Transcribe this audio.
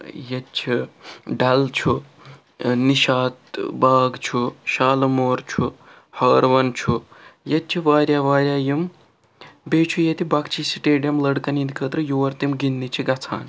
ییٚتہِ چھِ ڈَل چھُ نِشاط باغ چھُ شالماور چھُ ہاروَن چھُ ییٚتہِ چھِ واریاہ واریاہ یِم بیٚیہِ چھُ ییٚتہِ بخشی سِٹیڈیَم لٔڑکَن ہٕنٛدِ خٲطرٕ یور تِم گِنٛدنہِ چھِ گژھان